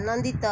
ଆନନ୍ଦିତ